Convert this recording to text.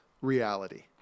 reality